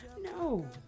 no